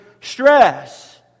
stress